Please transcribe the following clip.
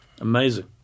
Amazing